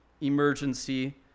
emergency